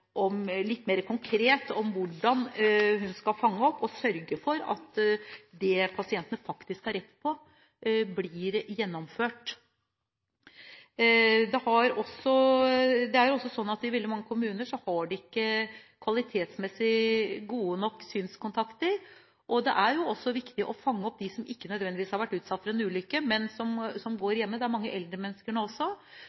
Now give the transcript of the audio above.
hvordan hun skal fange dette opp og sørge for at det pasientene faktisk har rett på, blir gjennomført. Det er også sånn at man i veldig mange kommuner ikke har kvalitetsmessig gode nok synskontakter. Det er også viktig å fange opp dem som ikke nødvendigvis har vært utsatt for en ulykke, men som går hjemme. Det gjelder mange eldre mennesker også. Det er veldig mange som